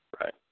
Right